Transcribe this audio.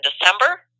December